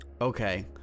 okay